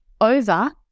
over